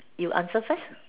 you answer first